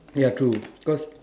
ya true because